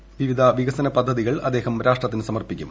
പ്ലീപ്പിധ വികസന പദ്ധതികൾ അദ്ദേഹം രാഷ്ട്രത്തിന് സമർപ്പിക്കും